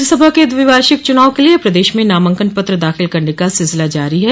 राज्यसभा के द्विवार्षिक चनाव के लिए प्रदेश में नामांकन पत्र दाखिल करने का सिलसिला जारी है